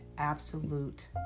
Absolute